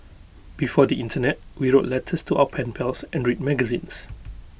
before the Internet we wrote letters to our pen pals and read magazines